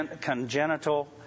congenital